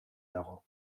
dago